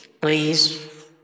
Please